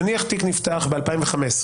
נניח שתיק נפתח ב-2016.